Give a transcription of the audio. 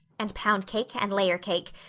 and pound cake and layer cake,